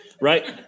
right